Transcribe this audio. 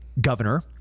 governor